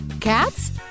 cats